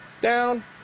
down